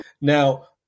Now